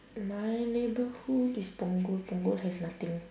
my neighbourhood is punggol punggol has nothing